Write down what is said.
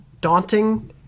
daunting